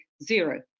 zero